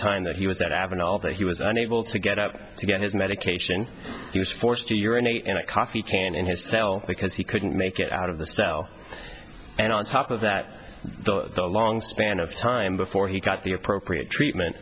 time that he was that adding all that he was unable to get out to get his medication he was forced to urinate in a coffee can in his cell because he couldn't make it out of the cell and on top of that a long span of time before he got the appropriate treatment